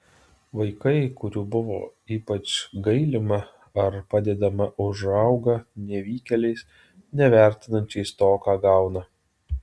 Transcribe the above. vaikai kurių buvo ypač gailima ar padedama užauga nevykėliais nevertinančiais to ką gauna